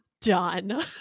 done